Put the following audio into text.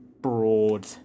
broad